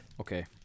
Okay